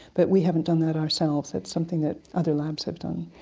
but we haven't done that ourselves, that's something that other labs have done.